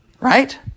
Right